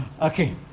Okay